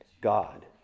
God